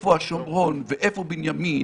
איפה השומרון ואיפה בנימין,